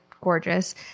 gorgeous